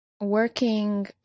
working